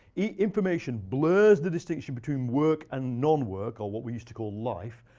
information blurs the distinction between work and non-work, or what we used to call life.